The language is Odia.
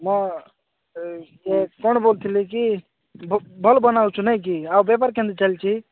ମୁଁ କ'ଣ ବୋଲୁଥିଲି କି ଭଲ୍ ବନାଉଛୁ ନାଇଁ କି ଆଉ ବେପାର କେମିତି ଚାଲିଛି